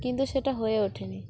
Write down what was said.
কিন্তু সেটা হয়ে ওঠেনি